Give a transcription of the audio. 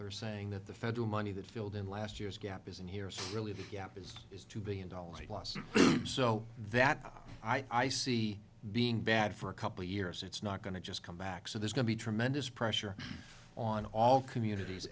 they are saying that the federal money that filled in last year's gap isn't here so really the gap is is two billion dollars plus so that i see being bad for a couple of years it's not going to just come back so there's going to be tremendous pressure on all communities